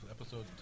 episode